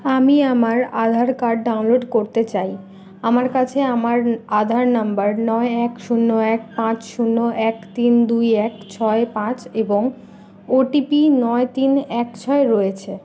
আমি আমার Aadhaar card download করতে চাই আমার কাছে আমার আধার নম্বর নয় এক শূন্য এক পাঁচ শূন্য এক তিন দুই এক ছয় পাঁচ এবং ও টি পি নয় তিন এক ছয় রয়েছে